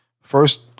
first